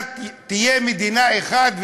תהיה מדינה אחת,